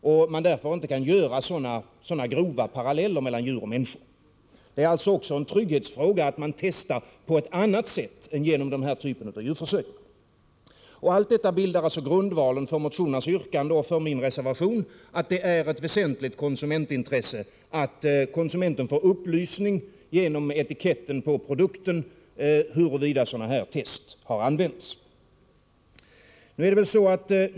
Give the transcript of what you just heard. Man kan därför inte dra sådana grova paralleller mellan djur och människor. Det är således också en trygghetsfråga att man gör testerna på annat sätt än genom den här typen av djurförsök. Allt detta bildar grundvalen för motionernas yrkanden och för min reservation. Det är ett väsentligt konsumentintresse att konsumenten genom etiketten på produkten får upplysning om huruvida sådana här tester har använts.